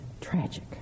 Tragic